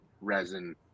resin